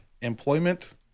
Employment